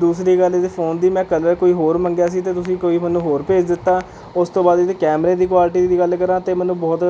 ਦੂਸਰੀ ਗੱਲ ਇਸ ਫੋਨ ਦੀ ਮੈਂ ਕਲਰ ਕੋਈ ਹੋਰ ਮੰਗਿਆ ਸੀ ਅਤੇ ਤੁਸੀਂ ਕੋਈ ਮੈਨੂੰ ਹੋਰ ਭੇਜ ਦਿੱਤਾ ਉਸ ਤੋਂ ਬਾਅਦ ਇਹ ਦੇ ਕੈਮਰੇ ਦੀ ਕੁਆਲਟੀ ਦੀ ਗੱਲ ਕਰਾਂ ਅਤੇ ਮੈਨੂੰ ਬਹੁਤ